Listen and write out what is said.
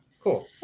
cool